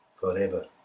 forever